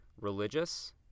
religious